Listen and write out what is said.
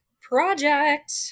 Project